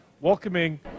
welcoming